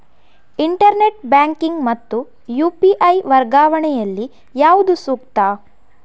Internet banking ಮತ್ತು UPI ವರ್ಗಾವಣೆ ಯಲ್ಲಿ ಯಾವುದು ಸೂಕ್ತ?